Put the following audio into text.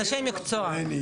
אנשי המקצועי,